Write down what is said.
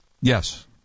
Yes